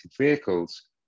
vehicles